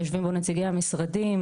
יושבים בו נציגי המשרדים.